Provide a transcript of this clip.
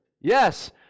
Yes